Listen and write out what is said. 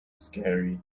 scary